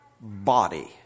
body